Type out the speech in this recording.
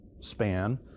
span